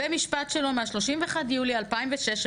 ומשפט שלו מה- 31 ביולי 2006 אמר,